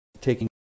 taking